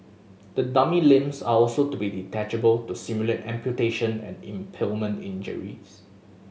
the dummy's limbs are also to be detachable to simulate amputation and impalement injuries